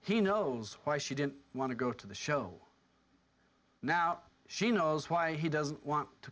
he knows why she didn't want to go to the show now she knows why he doesn't want to